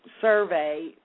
survey